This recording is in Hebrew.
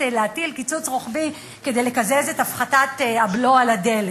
להטיל קיצוץ רוחבי כדי לקזז את הפחתת הבלו על הדלק.